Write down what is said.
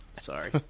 Sorry